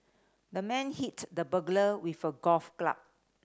the man hit the burglar with a golf club